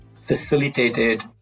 facilitated